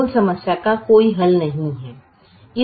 मूल समस्या का कोई हल नहीं है